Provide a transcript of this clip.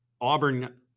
Auburn